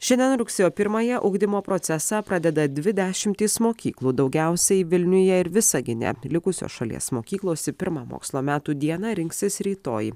šiandien rugsėjo pirmąją ugdymo procesą pradeda dvi dešimtys mokyklų daugiausiai vilniuje ir visagine likusios šalies mokyklos į pirmą mokslo metų dieną rinksis rytoj